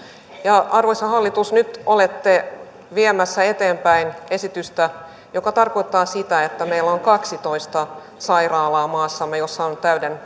ja arvoisa hallitus nyt olette viemässä eteenpäin esitystä joka tarkoittaa sitä että meillä on maassamme kaksitoista sairaalaa joissa on täyden